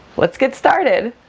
let's get started.